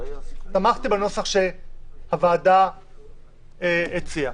תמכתי בנוסח שהוועדה הציעה,